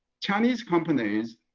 chinese companies